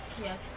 yes